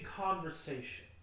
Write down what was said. conversation